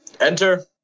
Enter